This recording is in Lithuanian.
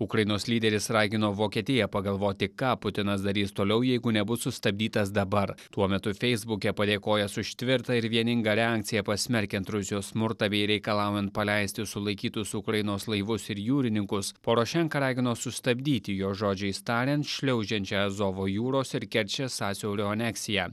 ukrainos lyderis ragino vokietiją pagalvoti ką putinas darys toliau jeigu nebus sustabdytas dabar tuo metu feisbuke padėkojęs už tvirtą ir vieningą reakciją pasmerkiant rusijos smurtą bei reikalaujant paleisti sulaikytus ukrainos laivus ir jūrininkus porošenka ragino sustabdyti jo žodžiais tariant šliaužiančią azovo jūros ir kerčės sąsiaurio aneksiją